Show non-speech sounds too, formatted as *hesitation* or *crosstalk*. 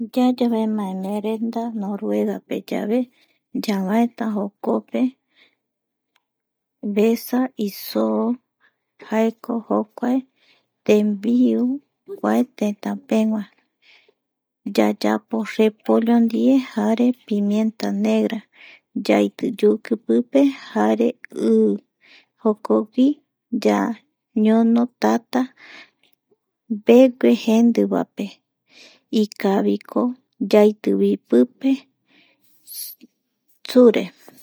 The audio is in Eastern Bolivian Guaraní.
Yayavemaemeerenda noruegapeyave ñavaeta jokope. vesa isoo jaeko jokuae tembiu kua tetapegua yayapo repollo ndie jare pimenta negra yaiti yuki jare i pipe jokogui yañono tatape mbegue jendivape ikaviko yaitivi pipe *hesitation* sure *noise*